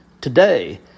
Today